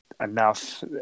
enough